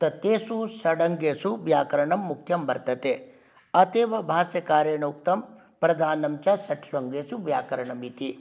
तत्तेषु षड् अङ्गेषु व्याकरणं मुख्यं वर्तते अत एव भाष्यकारेण उक्तं प्रधानं च षट्सु अङ्गेषु व्याकरणमिति